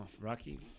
Rocky